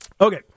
Okay